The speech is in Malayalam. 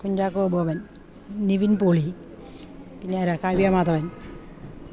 കുഞ്ചാക്കോ ബോബൻ നിവിൻ പോളി പിന്നെ ആരാ കാവ്യ മാധൻ